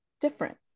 different